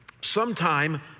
sometime